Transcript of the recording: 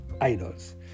idols